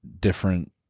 different